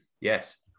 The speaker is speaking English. Yes